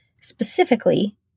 specifically